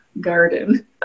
garden